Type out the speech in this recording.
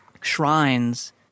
shrines